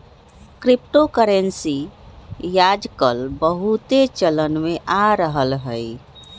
crypto currency याजकाल बहुते चलन में आ रहल हइ